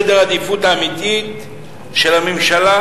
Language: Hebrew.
בוא נראה מה סדר העדיפות האמיתי של הממשלה,